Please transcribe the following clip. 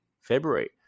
February